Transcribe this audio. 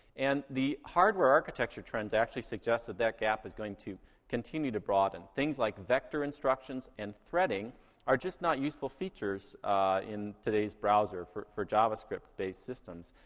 and the hardware architecture trends actually suggest that that gap is going to continue to broaden. things like vector instructions and threading are just not useful features in today's browser for for javascript-based systems.